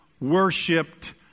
worshipped